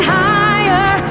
higher